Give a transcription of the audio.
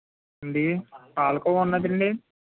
అండి పాలకోవా ఉన్నాది అండి